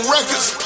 Records